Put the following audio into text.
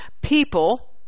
people